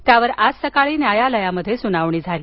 त्यावर आज सकाळी न्यायालयात सुनावणी झाली